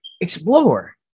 explore